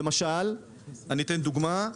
ואני אתן דוגמה: